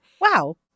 Wow